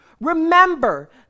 Remember